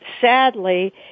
Sadly